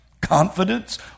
confidence